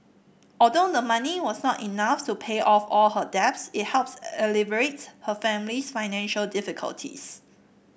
although the money was not enough to pay off all her debts it helped alleviate her family's financial difficulties